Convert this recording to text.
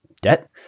debt